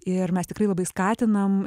ir mes tikrai labai skatinam